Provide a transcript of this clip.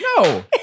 No